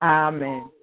Amen